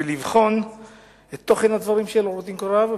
ולבחון את תוכן הדברים של עורך-הדין קורב,